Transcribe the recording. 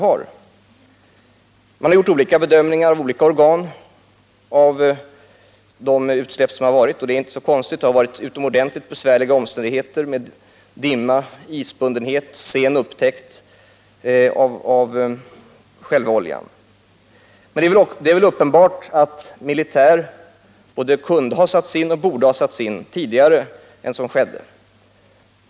Olika organ har gjort olika bedömningar när det gäller utsläppen. Det är inte så konstigt, eftersom det har varit utomordentligt besvärliga omständigheter med dimma, isbundenhet och sen upptäckt av själva oljan. Det är dock uppenbart att militär kunde och borde ha satts in tidigare än vad som skedde.